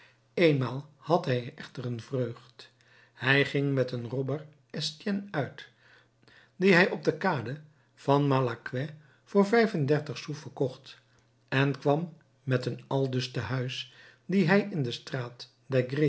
eenmaal had hij echter een vreugd hij ging met een robert estienne uit dien hij op de kade malaquais voor vijf-en-dertig sous verkocht en kwam met een aldus te huis dien hij in de straat